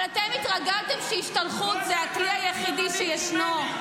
אבל אתם התרגלתם שהשתלחות היא הכלי היחיד שישנו.